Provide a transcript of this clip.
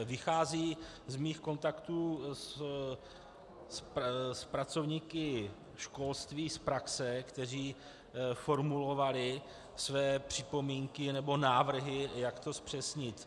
Vychází z mých kontaktů s pracovníky školství z praxe, kteří formulovali své připomínky nebo návrhy, jak to zpřesnit.